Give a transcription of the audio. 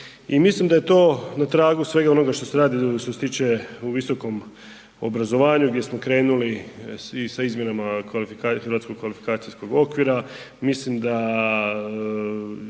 mislim da je to na tragu svega onoga što se radi, što se tiče u visokom obrazovanju gdje smo krenuli sa izmjenama, hrvatskog kvalifikacijskog okvira,